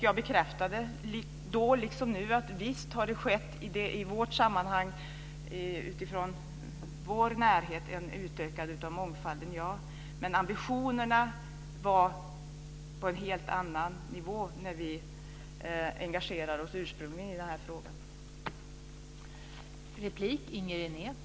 Jag bekräftade då liksom nu att visst har det utifrån vårt perspektiv och i vår närhet skett en utökad mångfald. Men ambitionerna var på en helt annan nivå när vi ursprungligen engagerade oss i den här frågan.